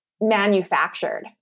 manufactured